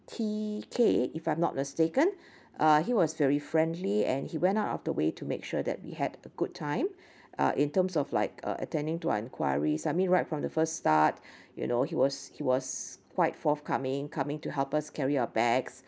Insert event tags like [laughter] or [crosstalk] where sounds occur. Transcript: T K if I'm not mistaken [breath] uh he was very friendly and he went out of the way to make sure that we had a good time [breath] uh in terms of like uh attending to our enquiries I mean right from the first start [breath] you know he was he was quite forthcoming coming to help us carry our bags